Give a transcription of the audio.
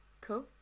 cool